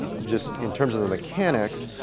just in terms of the mechanics,